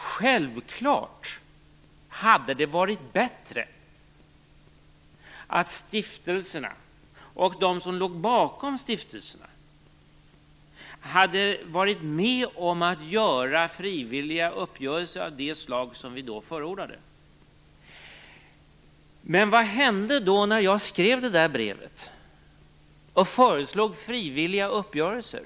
Självfallet hade det varit bättre att stiftelserna och de som ligger bakom stiftelserna hade varit med om att träffa frivilliga uppgörelser av det slag som vi då förordade. Men vad hände då när jag skrev det där brevet och föreslog frivilliga uppgörelser?